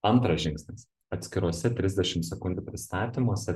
antras žingsnis atskiruose trisdešim sekundžių pristatymuose